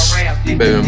Baby